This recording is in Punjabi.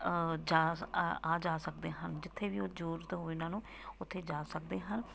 ਜਾ ਆ ਆ ਜਾ ਸਕਦੇ ਹਨ ਜਿੱਥੇ ਵੀ ਉਹ ਜ਼ਰੂਰਤ ਹੋਵੇ ਉਹਨਾਂ ਨੂੰ ਉੱਥੇ ਜਾ ਸਕਦੇ ਹਨ